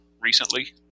recently